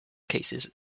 cases